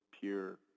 pure